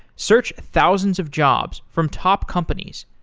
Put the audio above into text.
search thousands of jobs from top companies.